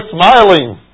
smiling